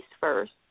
first